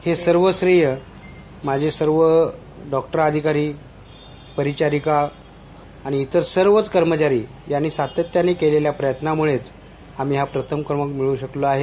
हे सर्व श्रेय माझे सर्व डॉक्टर अधिकारी परिचालिका आणि इतर सर्वच कर्मचारी यांनी सातत्याने केलेल्या प्रयत्नामुळेच आम्ही हा प्रथम क्रमांक मिळवू शकलेलो आहे